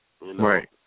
Right